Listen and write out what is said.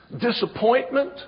disappointment